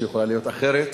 שיכולה להיות אחרת.